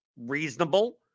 reasonable